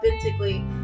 authentically